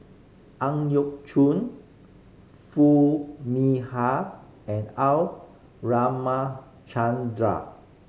Ang Yau Choon Foo Mee Har and R Ramachandran